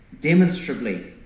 demonstrably